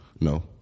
No